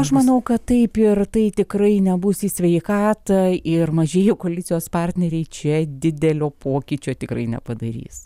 aš manau kad taip ir tai tikrai nebus į sveikatą ir mažieji koalicijos partneriai čia didelio pokyčio tikrai nepadarys